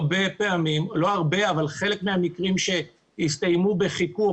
חלק מהמקרים שהסתיימו בחיכוך,